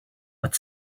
but